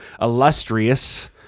illustrious